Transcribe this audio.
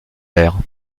l’air